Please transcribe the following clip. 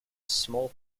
small